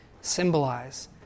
symbolize